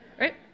right